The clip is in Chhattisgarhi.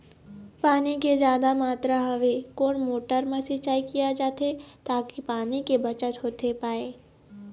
पानी के जादा मात्रा हवे कोन मोटर मा सिचाई किया जाथे ताकि पानी के बचत होथे पाए?